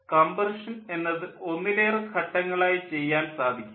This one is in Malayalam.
കംപ്രഷൻ എന്നത് ഒന്നിലേറെ ഘട്ടങ്ങളായി ചെയ്യാൻ സാധിക്കും